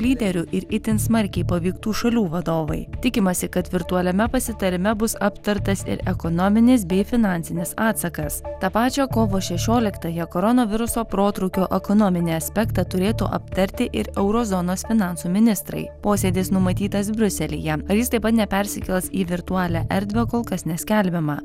lyderių ir itin smarkiai paveiktų šalių vadovai tikimasi kad virtualiame pasitarime bus aptartas ir ekonominis bei finansinis atsakas tą pačią kovo šešioliktąją koronaviruso protrūkio ekonominį aspektą turėtų aptarti ir euro zonos finansų ministrai posėdis numatytas briuselyje ar jis taip pat nepersikels į virtualią erdvę kol kas neskelbiama